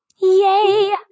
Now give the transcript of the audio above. Yay